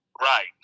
Right